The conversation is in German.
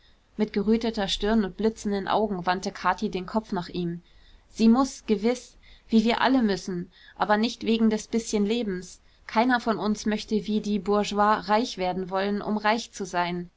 mit geröteter stirn und blitzenden augen wandte kathi den kopf nach ihm sie muß gewiß wie wir alle müssen aber nicht wegen des bißchen lebens keiner von uns möchte wie die bourgeois reich werden wollen um reich zu sein